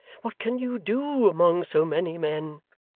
what can you do among so many men